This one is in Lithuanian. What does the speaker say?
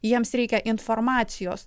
jiems reikia informacijos